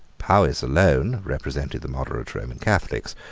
powis alone represented the moderate roman catholics.